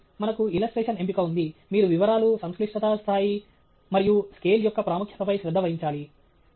కాబట్టి మనకు ఇలస్ట్రేషన్ ఎంపిక ఉంది మీరు వివరాలు సంక్లిష్టత స్థాయి మరియు స్కేల్ యొక్క ప్రాముఖ్యతపై శ్రద్ధ వహించాలి